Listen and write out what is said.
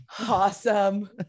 Awesome